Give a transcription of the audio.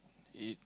it